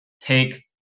take